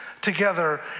together